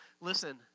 listen